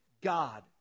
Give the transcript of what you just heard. God